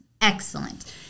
Excellent